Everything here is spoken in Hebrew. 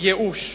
ייאוש.